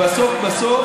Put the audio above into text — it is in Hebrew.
בסוף בסוף,